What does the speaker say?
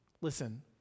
Listen